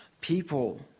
people